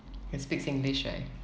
can speak singlish right